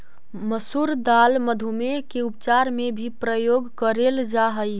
मसूर दाल मधुमेह के उपचार में भी प्रयोग करेल जा हई